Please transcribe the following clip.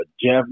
Jeff